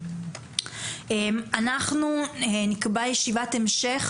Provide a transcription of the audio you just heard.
אנחנו נקבע ישיבת המשך.